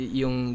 yung